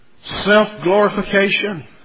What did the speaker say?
self-glorification